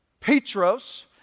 Petros